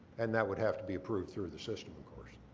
and that would have to be approved through the system of course.